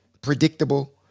predictable